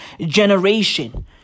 generation